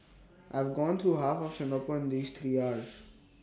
I have gone through half of Singapore in these three hours